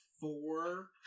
four